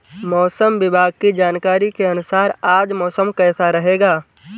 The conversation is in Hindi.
मौसम विभाग की जानकारी के अनुसार आज मौसम कैसा रहेगा?